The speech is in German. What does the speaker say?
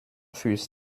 fürs